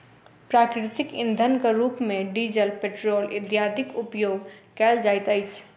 प्राकृतिक इंधनक रूप मे डीजल, पेट्रोल इत्यादिक उपयोग कयल जाइत अछि